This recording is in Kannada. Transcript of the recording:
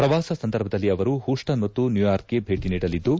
ಪ್ರವಾಸ ಸಂದರ್ಭದಲ್ಲಿ ಅವರು ಹೂಸ್ಲನ್ ಮತ್ತು ನ್ಲೂಯಾರ್ಕ್ಗೆ ಭೇಟಿ ನೀಡಲಿದ್ದು